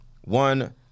one